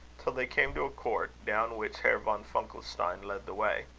till they came to a court, down which herr von funkelstein led the way.